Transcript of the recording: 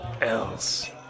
else